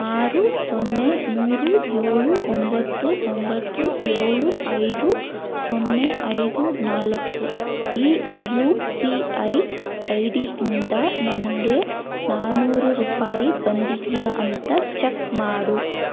ಆರು ಸೊನ್ನೆ ಮೂರು ಏಳು ಒಂಬತ್ತು ಒಂಬತ್ತು ಏಳು ಐದು ಸೊನ್ನೆ ಐದು ನಾಲ್ಕು ಈ ಯು ಪಿ ಐ ಐ ಡಿಯಿಂದ ನನಗೆ ನಾನ್ನೂರು ರೂಪಾಯಿ ಬಂದಿದೆಯಾ ಅಂತ ಚಕ್ ಮಾಡು